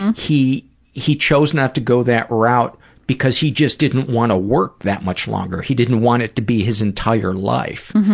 and he he chose not to go that route because he just didn't wanna work that much longer he didn't want it to be his entire life.